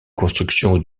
construction